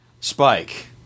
Spike